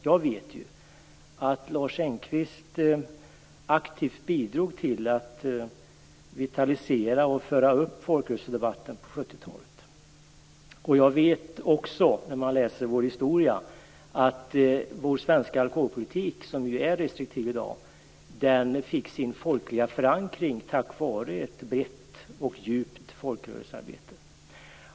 Jag vet ju att Lars Engqvist aktivt bidrog till att vitalisera och föra fram folkrörelsedebatten på 70-talet. Jag vet också - vid en läsning av vår historia - att vår i dag restriktiva alkoholpolitik fick sin folkliga förankring tack vare ett brett och djupt folkrörelsearbete.